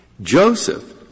Joseph